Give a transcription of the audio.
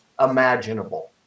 imaginable